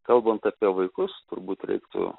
kalbant apie vaikus turbūt reiktų